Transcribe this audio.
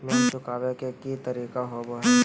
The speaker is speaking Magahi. लोन चुकाबे के की तरीका होबो हइ?